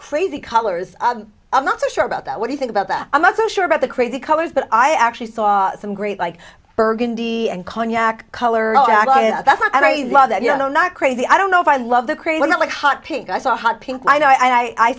crazy colors i'm not so sure about that what you think about that i'm not so sure about the crazy colors but i actually saw some great like burgundy and cognac color and i love that you know i'm not crazy i don't know if i love the creation of like hot pink i saw hot pink i know i